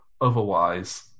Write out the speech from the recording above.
otherwise